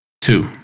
Two